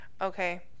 okay